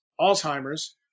Alzheimer's